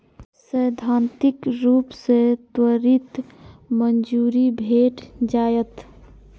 सैद्धांतिक रूप सं त्वरित मंजूरी भेट जायत